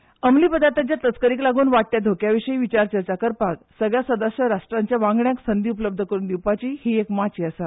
घ्रंवळे वखदांच्या तस्करीक लागून वाडट्या धोक्या विशीं विचार चर्चा करपाक सगल्या वांगडी राष्ट्राच्या वांगड्यांक संद उपलब्ध करून दिवपाची ही एक माची आसा